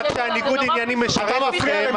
רק כשניגוד העניינים משרת אתכם,